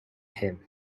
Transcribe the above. him